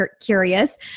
curious